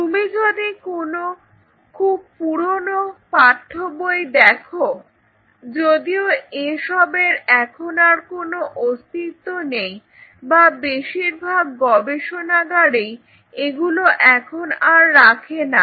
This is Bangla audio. তুমি যদি কোন খুব পুরনো পাঠ্যবই দেখো যদিও এসবের এখন আর কোন অস্তিত্ব নেই বা বেশিরভাগ গবেষণাগারেই এগুলো এখন আর রাখেনা